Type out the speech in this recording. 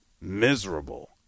miserable